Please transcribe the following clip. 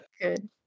good